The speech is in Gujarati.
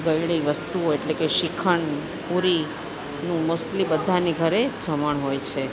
ગળી વસ્તુઓ એટલે કે શિખંડ પૂરીનું મોસ્ટલી બધાને ઘરે જમણ હોય છે